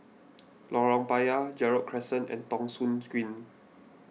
Lorong Payah Gerald Crescent and Thong Soon Green